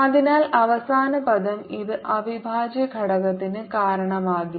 അതിനാൽ അവസാന പദം ഇത് അവിഭാജ്യ ഘടകത്തിന് കാരണമാകില്ല